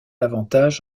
avantage